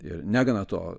ir negana to